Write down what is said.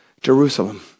Jerusalem